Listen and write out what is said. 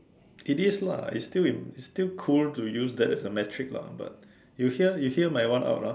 it is lah it's still in it's still cool to use that as a metric lah but you hear you hear my one out[ah]